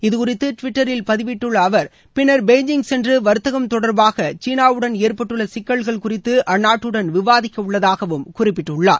இது குறித்து டுவிட்டரில் பதிவிட்டுள்ள அவர் பின்னர் பெய்ஜிங் சென்று வர்த்தகம் தொடர்பாக சீனாவுடன் ஏற்பட்டுள்ள சிக்கல்கள் குறித்து அந்நாட்டுடன் விவாதிக்க உள்ளதாகவும் குறிப்பிட்டுள்ளார்